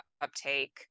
uptake